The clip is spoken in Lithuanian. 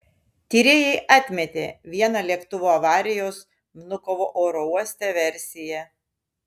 tyrėjai atmetė vieną lėktuvo avarijos vnukovo oro uoste versiją